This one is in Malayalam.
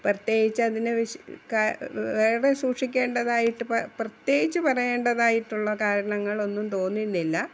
പ്രത്യേകിച്ച് അതിന് വിശ്വ ക വേറെ സൂക്ഷിക്കേണ്ടതായിട്ട് പ്രത്യേകിച്ച് പറയേണ്ടതായിട്ടുള്ള കാരണങ്ങൾ ഒന്നും തോന്നുന്നില്ല